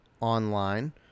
online